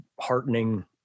heartening